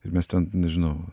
ir mes ten nežinau